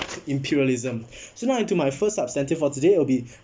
imperialism so now into my first substantive for today will be